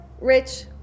rich